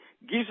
gives